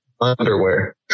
Underwear